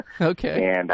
Okay